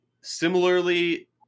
similarly